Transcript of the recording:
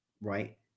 right